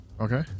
okay